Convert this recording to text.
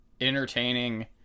entertaining